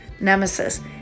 nemesis